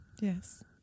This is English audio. yes